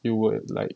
you would like